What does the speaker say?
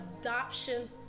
adoption